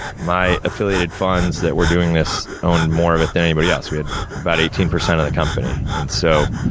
my affiliated funds that were doing this owned more of it than anybody else. we had but eighteen percent of the company, and so,